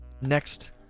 Next